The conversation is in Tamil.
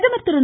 பிரதமர் திரு